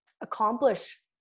accomplish